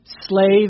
slave